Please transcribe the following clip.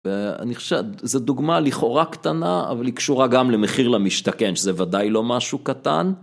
ואני חושב, זו דוגמה לכאורה קטנה, אבל היא קשורה גם למחיר למשתכן, שזה ודאי לא משהו קטן.